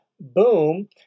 boom